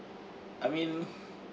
I mean